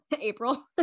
April